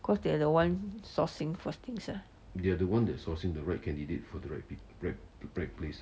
because they are the ones sourcing for things ah